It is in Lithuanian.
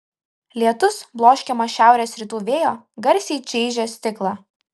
lietus bloškiamas šiaurės rytų vėjo garsiai čaižė stiklą